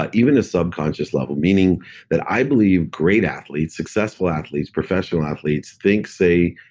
but even a subconscious level. meaning that i believe great athletes successful athletes, professional athletes think, say,